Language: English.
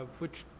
ah which,